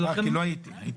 כי לא הייתי.